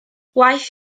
waeth